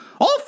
Off